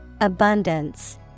Abundance